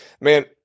man